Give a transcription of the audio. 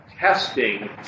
testing